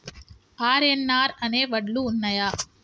RNR అనే వడ్లు ఉన్నయా?